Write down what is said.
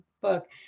book